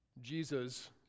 Jesus